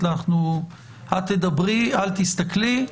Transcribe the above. אל תסכלי.